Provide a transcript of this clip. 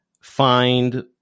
find